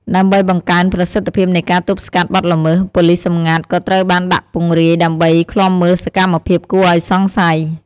ដើម្បីបង្កើនប្រសិទ្ធភាពនៃការទប់ស្កាត់បទល្មើស ប៉ូលិសសម្ងាត់ ក៏ត្រូវបានដាក់ពង្រាយដើម្បី ឃ្លាំមើលសកម្មភាពគួរឱ្យសង្ស័យ។